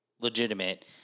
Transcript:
legitimate